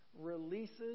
releases